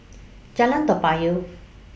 Jalan Toa Payoh